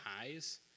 highs